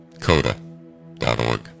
Coda.org